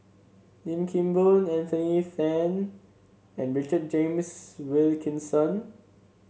Lim Kim Boon Anthony Then and Richard James Wilkinson